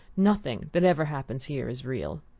nothing that ever happens here is real.